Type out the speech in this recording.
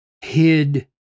hid